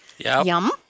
Yum